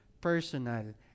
personal